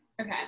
okay